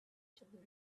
diluted